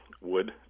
wood